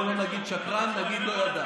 בוא לא נגיד שקרן, נגיד לא ידע.